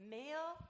male